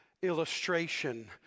illustration